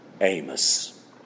Amos